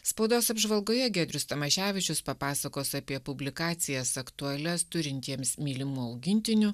spaudos apžvalgoje giedrius tamaševičius papasakos apie publikacijas aktualias turintiems mylimų augintinių